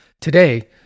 Today